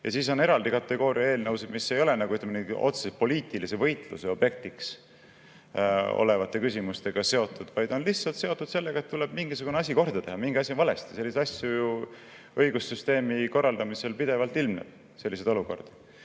Ja siis on eraldi kategooria eelnõusid, mis ei ole, ütleme, otseselt poliitilise võitluse objektiks olevate küsimustega seotud, vaid on lihtsalt seotud sellega, et tuleb mingisugune asi korda teha, mingi asi on valesti. Selliseid olukordi õigussüsteemi korraldamisel ilmneb ju pidevalt.